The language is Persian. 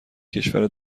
کشور